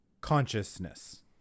Consciousness